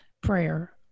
prayer